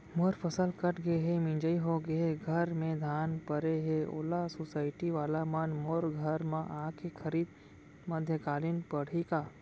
मोर फसल कट गे हे, मिंजाई हो गे हे, घर में धान परे हे, ओला सुसायटी वाला मन मोर घर म आके खरीद मध्यकालीन पड़ही का?